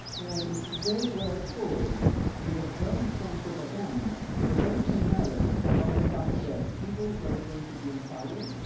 and then were sold with a very strong propaganda, with a very strong narrative about the fact that people were going to be empowered.